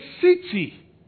city